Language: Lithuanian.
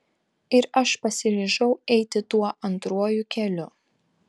ir aš pasiryžau eiti tuo antruoju keliu